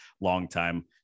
longtime